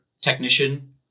technician